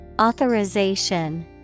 Authorization